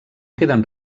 queden